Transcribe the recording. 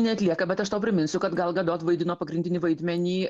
neatlieka bet aš tau priminsiu kad gal gadot vaidino pagrindinį vaidmenį